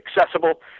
accessible